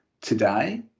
Today